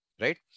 right